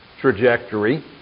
trajectory